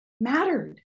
mattered